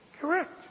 Correct